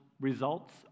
results